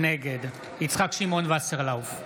נגד יצחק שמעון וסרלאוף,